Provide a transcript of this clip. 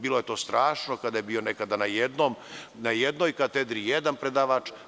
Bilo je to strašno kada je bio nekada na jednoj katedri jedan predavač.